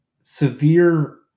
severe